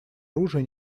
оружия